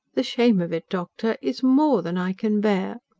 the shame of it, doctor. is more than i can bear.